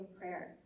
prayer